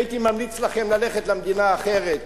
הייתי ממליץ לכם ללכת למדינה האחרת,